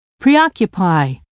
Preoccupy